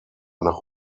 nach